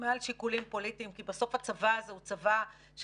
מעל שיקולים פוליטיים כי בסוף הצבא הזה הוא צבא של